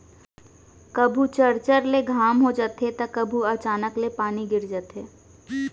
कभू चरचर ले घाम हो जाथे त कभू अचानक ले पानी गिर जाथे